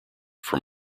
from